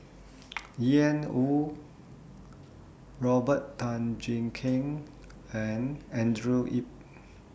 Ian Woo Robert Tan Jee Keng and Andrew Yip